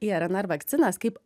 irnr vakcinas kaip